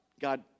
God